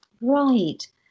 Right